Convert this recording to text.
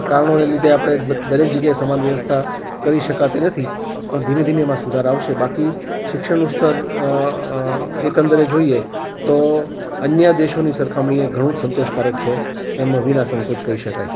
કારણોને લીધે આપણે દરેક જગ્યાએ સમાન વ્યવસ્થા કરી શકાતી નથી પણ ધીમે ધીમે એમાં સુધારા આવશે બાકી શિક્ષણનું સ્તર એકંદરે જોઈએ તો અન્ય દેશોની સરખામણીએ ઘણું જ સંતોષકારક છે એમ વિના સંકોચ કહી શકાય